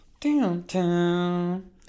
Downtown